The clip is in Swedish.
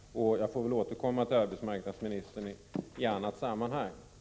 Jag får väl återkomma till arbetsmarknadsministern i ett annat sammanhang.